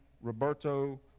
Roberto